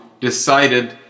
decided